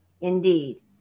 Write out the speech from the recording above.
Indeed